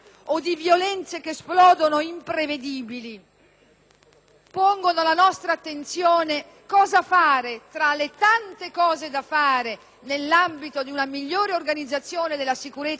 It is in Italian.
pongono alla nostra attenzione cosa fare, tra le tante cose da fare, nell'ambito di una migliore organizzazione della sicurezza del nostro Paese, anche da parte nostra.